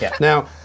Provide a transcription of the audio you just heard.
Now